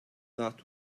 that